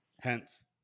Hence